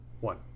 One